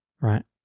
Right